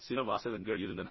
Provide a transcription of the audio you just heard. சில வாசகங்கள் இருந்தன